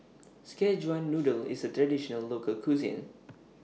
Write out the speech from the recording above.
Szechuan Noodle IS A Traditional Local Cuisine